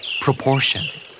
Proportion